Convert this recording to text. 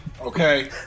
Okay